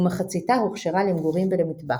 ומחציתה הוכשרה למגורים ולמטבח.